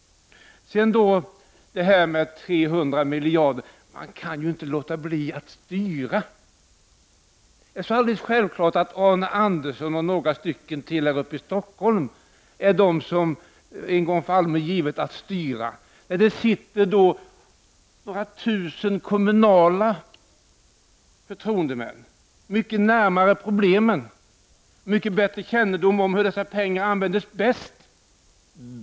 Sedan till de 300 miljarderna i budgetomslutning i kommun och landsting. Socialdemokraterna kan inte låta bli att styra! Det är alldeles självklart att Arne Andersson i Gamleby och några till här uppe i Stockholm är de som det en gång för alla är givet att styra. Det sitter några tusen kommunala förtroendemän som är mycket närmare problemen och har större kännedom om hur dessa pengar bäst skall användas.